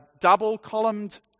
double-columned